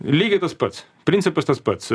lygiai tas pats principas tas pats